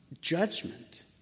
Judgment